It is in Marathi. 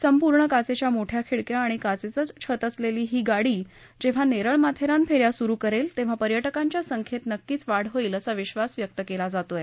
संपूर्ण काचेच्या मोठ्या खिडक्या आणि काचेचंच छत असलेली ही ट्रेन जेव्हा नेरळ माथेरान फेऱ्या सुरू करेल तेव्हा पर्यटकांच्या संख्येत नक्कीच वाढ होईल असा विश्वास व्यक्त केला जात आहे